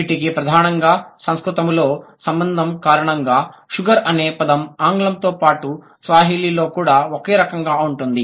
వీటికి ప్రధానంగా సంస్కృతంతో సంబంధం కారణంగా షుగర్ అనే పదం ఆంగ్లంతో పాటు స్వాహిలి లో కూడా ఒకే రకంగా ఉంటుంది